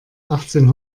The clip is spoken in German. achtzehn